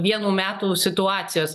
vienų metų situacijos